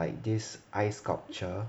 like this ice sculpture